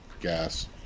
gas